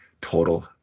total